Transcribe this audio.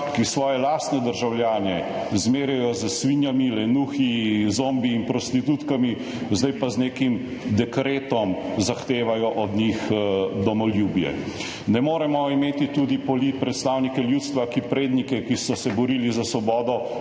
ki svoje lastne državljane zmerjajo s svinjami, lenuhi, zombiji in prostitutkami, zdaj pa z nekim dekretom zahtevajo od njih domoljubje. Ne moremo imeti predstavnikov ljudstva, ki prednike, ki so se borili za svobodo,